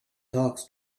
talks